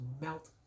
melt